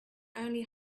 only